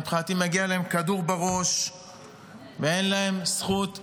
מבחינתי מגיע להם כדור בראש ואין להם זכות לחיות.